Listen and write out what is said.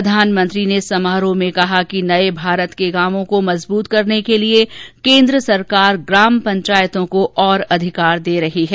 प्रधानमंत्री ने समारोह में कहा कि नये भारत के गांवों को मजबूत करने के लिए केन्द्र सरकार ग्राम पंचायतों को और अधिकार दे रही है